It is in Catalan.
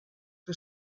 que